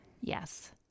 Yes